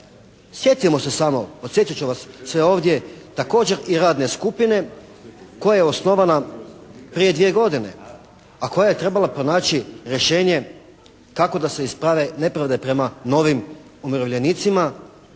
Sjetimo se samo, podsjetit ću vas sve ovdje, također i radne skupine koja je osnovana prije 2 godine, a koja je trebala pronaći rješenje kako da se isprave nepravde prema novim umirovljenicima.